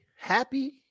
happy